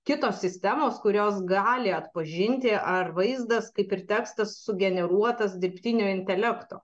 kitos sistemos kurios gali atpažinti ar vaizdas kaip ir tekstas sugeneruotas dirbtinio intelekto